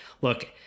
Look